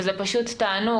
וזה פשוט תענוג.